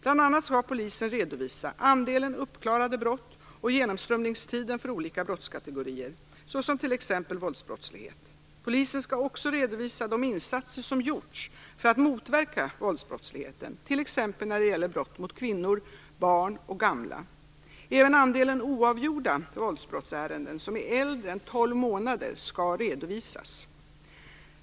Bl.a. skall polisen redovisa andelen uppklarade brott och genomströmningstiden för olika brottskategorier, t.ex. våldsbrottslighet. Polisen skall också redovisa de insatser som gjorts för att motverka våldsbrottsligheten t.ex. när det gäller brott mot kvinnor, barn och gamla. Även andelen oavgjorda våldsbrottsärenden som är äldre än 12 månader skall redovisas.